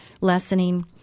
lessening